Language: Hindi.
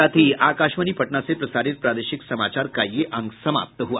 इसके साथ ही आकाशवाणी पटना से प्रसारित प्रादेशिक समाचार का ये अंक समाप्त हुआ